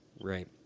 Right